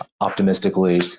optimistically